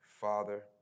Father